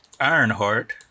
Ironheart